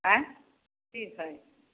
आंय ठीक हय